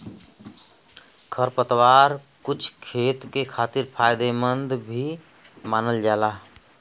खरपतवार कुछ खेत के खातिर फायदेमंद भी मानल जाला